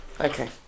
Okay